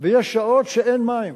ויש שעות שאין מים.